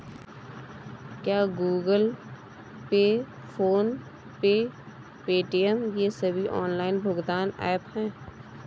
क्या Google Pay PhonePe Paytm ये सभी ऑनलाइन भुगतान ऐप हैं?